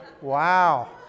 Wow